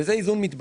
זה איזון מתבקש.